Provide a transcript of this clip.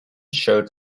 showed